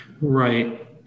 Right